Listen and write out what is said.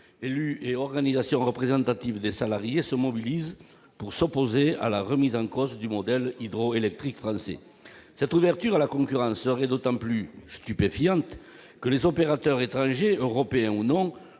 élus et organisations représentatives des salariés se mobilisent pour s'opposer à la remise en cause du modèle hydro-électrique français. Cette ouverture à la concurrence serait d'autant plus stupéfiante que les opérateurs étrangers, européens ou non,